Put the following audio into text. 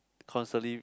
constantly